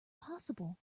possible